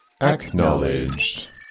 Acknowledged